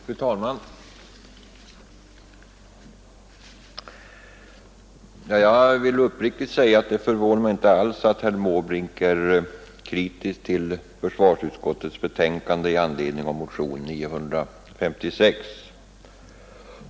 Fru talman! Jag vill uppriktigt säga att det inte alls förvånar mig att Torsdagen den herr Måbrink är kritisk till försvarsutskottets betänkande med anledning 2 mars 1972 av motion 956.